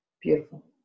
Beautiful